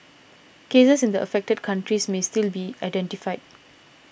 cases in the affected countries may still be identified